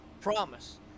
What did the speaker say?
promise